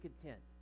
content